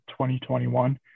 2021